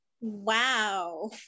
Wow